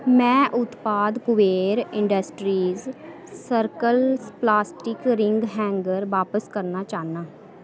में उत्पाद Kuber industries circle plastic ring hanger बापस करना चाह्न्नां